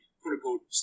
quote-unquote